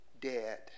dead